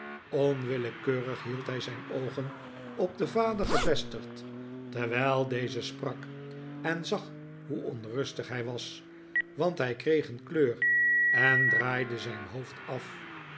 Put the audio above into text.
onwillekeurig hield hij zijn oogen op den vader gevestigd terwijl deze sprak en zag hoe onrustig hij was want hij kreeg een kleur en draaide zijn hoofd af